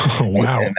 Wow